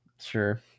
Sure